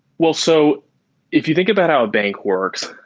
well, so if you think about how a bank works,